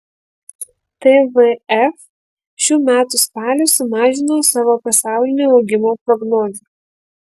tvf šių metų spalį sumažino savo pasaulinio augimo prognozę